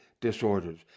disorders